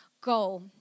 goal